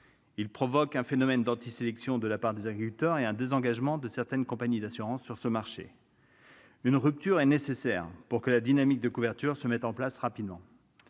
Il entraîne un phénomène d'antisélection de la part des agriculteurs et un désengagement de certaines compagnies d'assurance sur ce marché. Une rupture est nécessaire pour que la dynamique de couverture se mette en place rapidement.